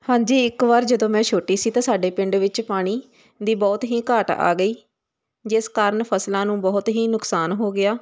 ਹਾਂਜੀ ਇੱਕ ਵਾਰ ਜਦੋਂ ਮੈਂ ਛੋਟੀ ਸੀ ਤਾਂ ਸਾਡੇ ਪਿੰਡ ਵਿੱਚ ਪਾਣੀ ਦੀ ਬਹੁਤ ਹੀ ਘਾਟ ਆ ਗਈ ਜਿਸ ਕਾਰਨ ਫਸਲਾਂ ਨੂੰ ਬਹੁਤ ਹੀ ਨੁਕਸਾਨ ਹੋ ਗਿਆ